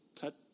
cut